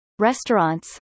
Restaurants